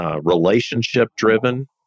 relationship-driven